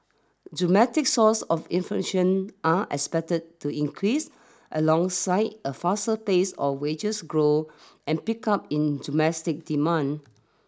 domestic sources of inflation are expected to increase alongside a faster pace of wages growth and pickup in domestic demand